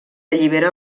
allibera